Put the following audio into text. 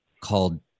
called